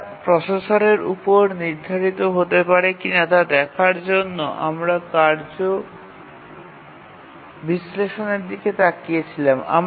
তারা প্রসেসরের উপর নির্ধারিত হতে পারে কিনা তা দেখার জন্য আমরা কার্য বিশ্লেষণের দিকে তাকিয়েছিলাম